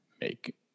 make